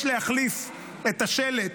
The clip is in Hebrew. אדוני היושב-ראש, אני מבקש להחליף את השלט